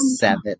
seven